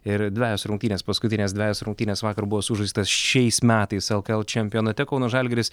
ir dvejos rungtynės paskutinės dvejos rungtynės vakar buvo sužaistos šiais metais lkl čempionate kauno žalgiris